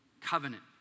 covenant